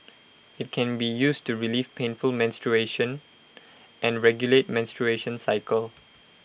IT can be used to relieve painful menstruation and regulate menstruation cycle